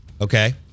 Okay